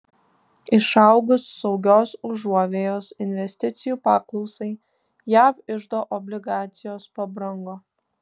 išaugus saugios užuovėjos investicijų paklausai jav iždo obligacijos pabrango